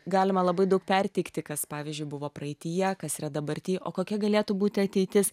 galima labai daug perteikti kas pavyzdžiui buvo praeityje kas yra dabarty o kokia galėtų būti ateitis